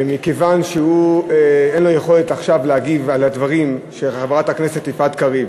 ומכיוון שאין לו יכולת עכשיו להגיב על הדברים של חברת הכנסת יפעת קריב,